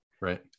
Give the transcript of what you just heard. right